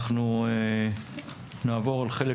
אנחנו נעבור על חלק